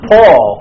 Paul